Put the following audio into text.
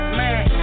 man